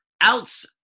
outs